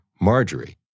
Marjorie